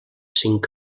cinc